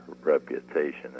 reputation